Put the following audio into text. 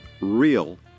real